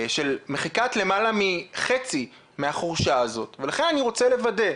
של מחיקת למעלה מחצי מהחורשה הזאת ולכן אני רוצה לוודא,